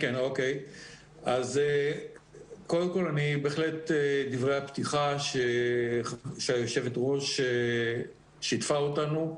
קודם כל, דברי הפתיחה שהיו"ר שיתפה אותנו,